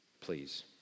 please